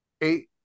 eight